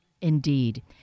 Indeed